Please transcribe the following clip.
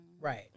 Right